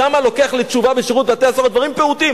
שם, בשירות בתי-הסוהר, על דברים פעוטים